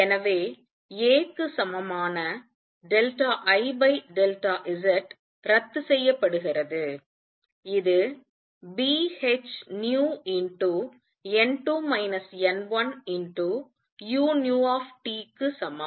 எனவே a க்கு சமமான IZ ரத்து செய்யப்படுகிறது இது Bhνn2 n1uTக்கு சமம்